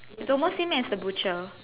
it's almost same as the butcher